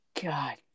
God